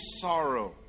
sorrow